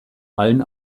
allen